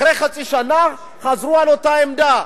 אחרי חצי שנה חזרו על אותה עמדה,